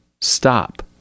Stop